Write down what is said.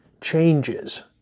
changes